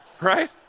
Right